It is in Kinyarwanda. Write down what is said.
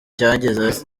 cyageze